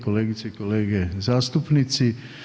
Kolegice i kolege zastupnici.